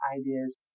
ideas